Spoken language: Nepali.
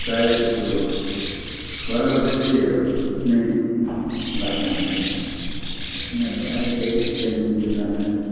प्राय जस्तो बराबर जस्तै अब नै लाग्छ हामीलाई किनभने अहिले कालिम्पोङ जिल्लामा